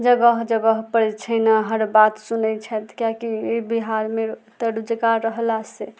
जगह जगह परै छै ने हर बात सुनै छथि किएकि बिहारमे तऽ रोजगार रहला सऽ